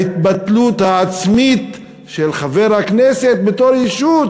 ההתבטלות העצמית של חבר הכנסת בתור ישות,